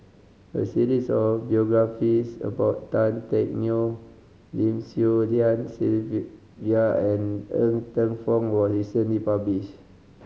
a series of biographies about Tan Teck Neo Lim Swee Lian Sylvia and Ng Teng Fong was recently published